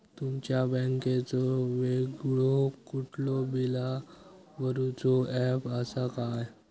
तुमच्या बँकेचो वेगळो कुठलो बिला भरूचो ऍप असा काय?